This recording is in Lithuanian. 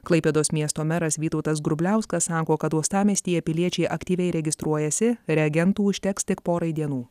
klaipėdos miesto meras vytautas grubliauskas sako kad uostamiestyje piliečiai aktyviai registruojasi reagentų užteks tik porai dienų